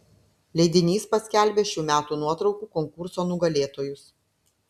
leidinys paskelbė šių metų nuotraukų konkurso nugalėtojus